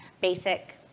basic